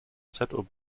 zob